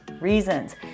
reasons